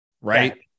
right